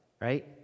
right